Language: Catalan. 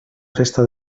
resta